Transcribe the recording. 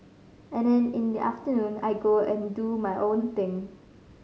and then in the afternoon I go and do my own thing